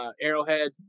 Arrowhead